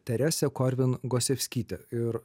teresė korvin gosievskytė ir